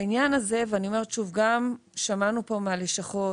בעניין הזה, ואני אומרת שוב ששמענו כאן מהלשכות,